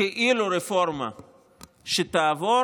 כאילו רפורמה שתעבור,